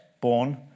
born